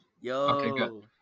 yo